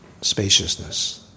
spaciousness